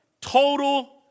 total